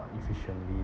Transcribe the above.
ah efficiently